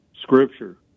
scripture